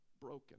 broken